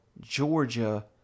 Georgia